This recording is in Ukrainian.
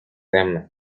темних